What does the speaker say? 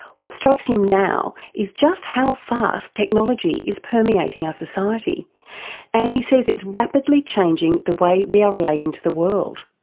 what strikes him now is just how fast technology is permeating our society and he says it's rapidly changing the way we are relating to the world.